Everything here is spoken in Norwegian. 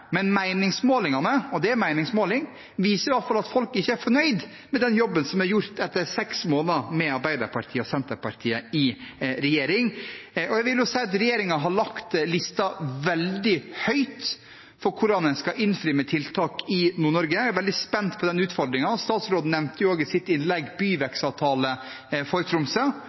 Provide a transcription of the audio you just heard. men meningsmålingene viser at folk ikke er fornøyd med den jobben som er gjort etter seks måneder med Arbeiderpartiet og Senterpartiet i regjering. Jeg vil si at regjeringen har lagt lista veldig høyt for hva en skal innfri av tiltak i Nord-Norge. Jeg er veldig spent på den utfordringen. Statsråden nevnte i sitt innlegg en byvekstavtale for Tromsø.